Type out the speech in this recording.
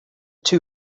two